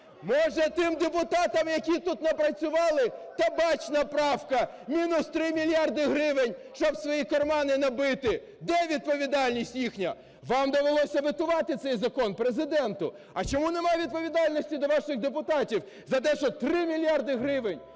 Може, тим депутатам, які тут напрацювали: табачна правка – мінус 3 мільярди гривень, щоб свої кармани набити. Де відповідальність їхня? Вам довелося ветувати цей закон, Президенту. А чому немає відповідальності до ваших депутатів за те, що три мільярди гривень